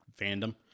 fandom